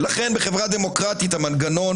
בחברה דמוקרטית המנגנון,